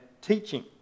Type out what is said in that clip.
teaching